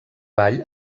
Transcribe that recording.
ball